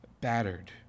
battered